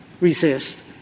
resist